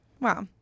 Wow